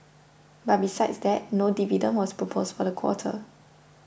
but besides that no dividend was proposed for the quarter